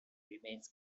remains